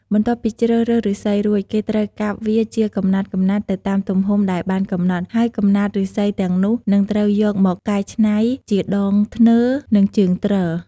បន្ទាប់ពីជ្រើសរើសឬស្សីរួច គេត្រូវកាប់វាជាកំណាត់ៗទៅតាមទំហំដែលបានកំណត់ ហើយកំណាត់ឬស្សីទាំងនោះ នឹងត្រូវយកមកកែច្នៃជាដងធ្នើរ និងជើងទ្រ។